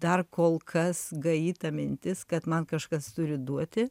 dar kol kas gaji ta mintis kad man kažkas turi duoti